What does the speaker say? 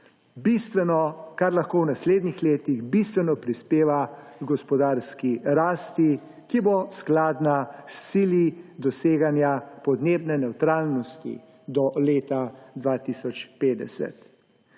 kar lahko v naslednjih letih bistveno prispeva h gospodarski rasti, ki bo skladna s cilji doseganja podnebne nevtralnosti do leta 2050.